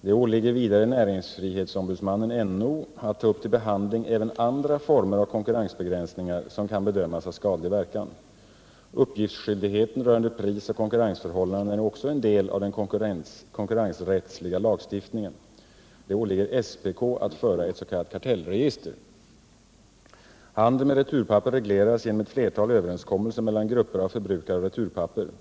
Det åligger vidare näringsfrihetsombudsmannen att ta upp till behandling även andra former av konkurrensbegränsningar som kan bedömas ha skadlig verkan. Uppgiftsskyldigheten rörande prisoch konkurrensförhållanden är också en del av den konkurrensrättsliga lagstiftningen. Det åligger SPK att föra ett s.k. kartellregister. Handeln med returpapper regleras genom ett flertal överenskommelser mellan grupper av förbrukare av returpapper.